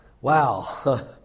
Wow